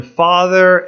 father